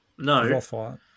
No